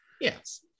Yes